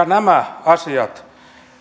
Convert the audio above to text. nämä asiat